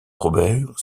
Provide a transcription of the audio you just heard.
robert